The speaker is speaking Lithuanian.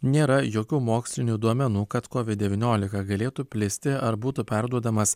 nėra jokių mokslinių duomenų kad kovid devyniolika galėtų plisti ar būtų perduodamas